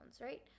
right